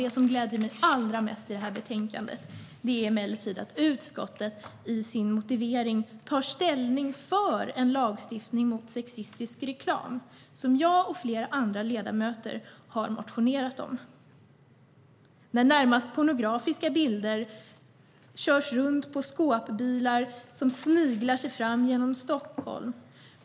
Det som gläder mig allra mest i betänkandet är emellertid att utskottet i sin motivering tar ställning för en lagstiftning mot sexistisk reklam, vilket är något som jag och flera andra ledamöter har motionerat om. Fortfarande förekommer i det offentliga rummet närmast pornografiska bilder på skåpbilar som i snigelfart kör genom Stockholm.